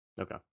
Okay